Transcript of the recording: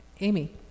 Amy